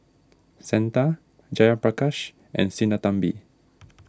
Santha Jayaprakash and Sinnathamby